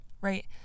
right